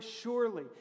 surely